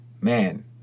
man